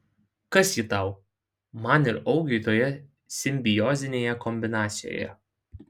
kas ji tau man ir augiui toje simbiozinėje kombinacijoje